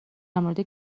مورد